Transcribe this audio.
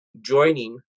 joining